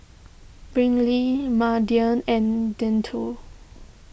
Brylee Mardell and Denton